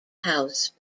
house